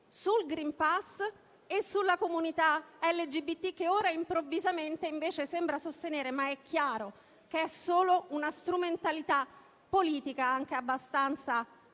sul *green pass* e sulla comunità LGBT che ora improvvisamente, invece, sembra sostenere. Ma è chiaro che è solo una strumentalità politica anche abbastanza